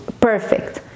perfect